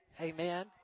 amen